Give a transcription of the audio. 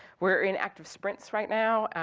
we're in active sprints right now,